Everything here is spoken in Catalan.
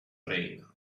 reina